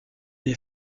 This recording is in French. est